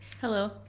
Hello